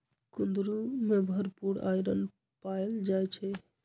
कुंदरू में भरपूर आईरन पाएल जाई छई